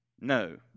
No